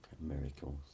miracles